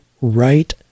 right